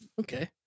okay